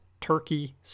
turkey